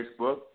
Facebook